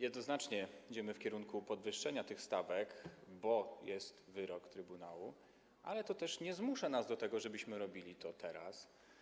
Jednoznacznie idziemy w kierunku podwyższenia tych stawek, bo jest wyrok Trybunału, ale to też nie zmusza nas do tego, żebyśmy robili to teraz.